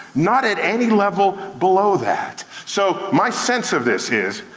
not at any level below that. so my sense of this is,